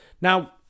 Now